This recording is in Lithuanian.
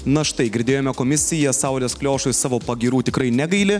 na štai girdėjome komisiją saulės kliošui savo pagyrų tikrai negaili